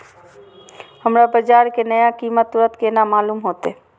हमरा बाजार के नया कीमत तुरंत केना मालूम होते?